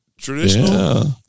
Traditional